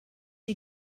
you